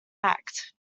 act